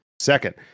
Second